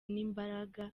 n’imbaraga